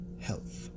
health